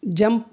jump